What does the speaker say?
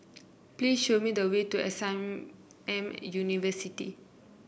please show me the way to a Sam M University